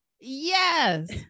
Yes